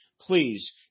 please